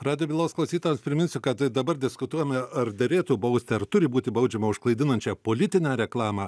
radijo bylos klausytojams priminsiu kad dabar diskutuojame ar derėtų bausti ar turi būti baudžiama už klaidinančią politinę reklamą